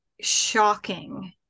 shocking